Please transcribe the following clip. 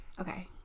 Okay